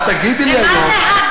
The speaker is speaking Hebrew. אז תגידי לי היום, ומה זה הדדי?